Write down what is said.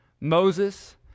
Moses